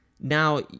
now